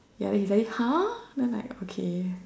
ya then he suddenly !huh! then I like okay